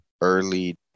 early